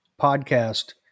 podcast